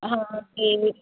ਹਾਂ ਤੇ